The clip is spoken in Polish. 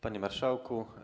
Panie Marszałku!